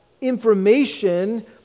information